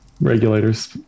Regulators